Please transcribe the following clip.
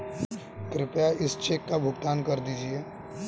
कृपया इस चेक का भुगतान कर दीजिए